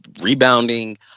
rebounding